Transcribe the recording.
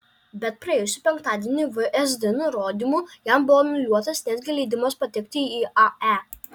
bet praėjusį penktadienį vsd nurodymu jam buvo anuliuotas netgi leidimas patekti į ae